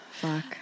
Fuck